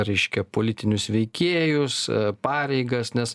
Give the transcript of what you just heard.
reiškia politinius veikėjus pareigas nes